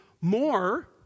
more